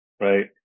right